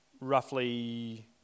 roughly